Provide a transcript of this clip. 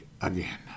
again